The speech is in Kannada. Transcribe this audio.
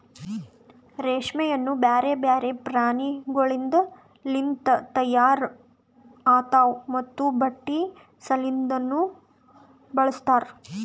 ರೇಷ್ಮೆಯನ್ನು ಬ್ಯಾರೆ ಬ್ಯಾರೆ ಪ್ರಾಣಿಗೊಳಿಂದ್ ಲಿಂತ ತೈಯಾರ್ ಆತಾವ್ ಮತ್ತ ಬಟ್ಟಿ ಸಲಿಂದನು ಬಳಸ್ತಾರ್